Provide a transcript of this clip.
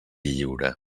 lliure